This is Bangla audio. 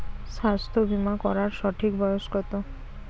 স্বাস্থ্য বীমা করার সঠিক বয়স কত?